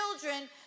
children